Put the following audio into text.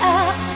up